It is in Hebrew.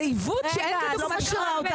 זה עיוות שאין כדוגמתו.